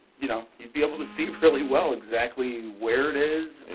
you know, you'd be able to see really well exactly where it is,